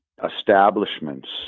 establishments